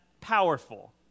powerful